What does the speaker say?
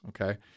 Okay